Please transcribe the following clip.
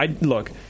Look